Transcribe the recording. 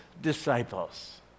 disciples